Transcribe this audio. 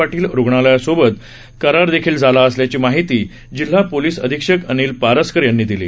पाटील रुग्णालयासोबत देखील करार झाला आहे अशी माहिती जिल्हा पोलीस अधिक्षक अनिल पारस्कर यांनी दिली